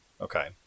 Okay